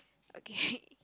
okay